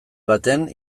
baten